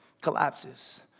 collapses